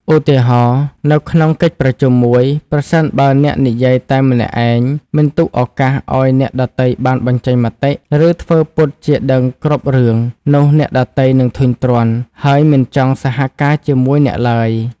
ឧទាហរណ៍ នៅក្នុងកិច្ចប្រជុំមួយ ប្រសិនបើអ្នកនិយាយតែម្នាក់ឯង មិនទុកឱកាសឲ្យអ្នកដទៃបានបញ្ចេញមតិ ឬធ្វើពុតជាដឹងគ្រប់រឿង នោះអ្នកដទៃនឹងធុញទ្រាន់ ហើយមិនចង់សហការជាមួយអ្នកឡើយ។